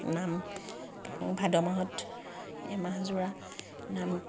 নাম ভাদ মাহত এমাহজোৰা নাম